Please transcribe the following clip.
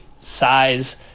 size